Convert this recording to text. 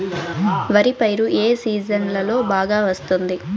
వరి పైరు ఏ సీజన్లలో బాగా వస్తుంది